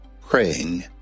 praying